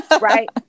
right